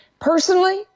Personally